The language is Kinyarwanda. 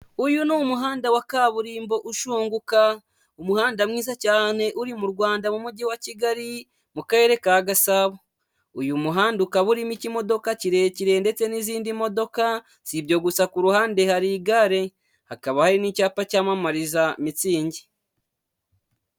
Uyu ni umuhanda wa kaburimbo ushunguka, umuhanda mwiza cyane uri mu Rwanda mu mujyi wa Kigali mu Karere ka Gasabo. Uyu muhanda ukaba urimo ikimodoka kirekire ndetse n'izindi modoka, sibyo gusa ku ruhande hari igare, hakaba hari n'icyapa cyamamariza mitsingi.